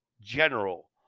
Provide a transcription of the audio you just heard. general